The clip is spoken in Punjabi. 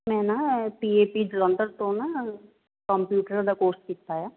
ਮੈਂ ਨਾ ਪੀ ਏ ਪੀ ਜਲੰਧਰ ਤੋਂ ਨਾ ਕੰਪਿਊਟਰ ਦਾ ਕੋਰਸ ਕੀਤਾ ਆ